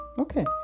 Okay